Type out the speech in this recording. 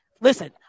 listen